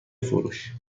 فروش